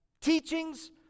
teachings